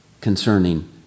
concerning